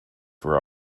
were